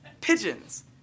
pigeons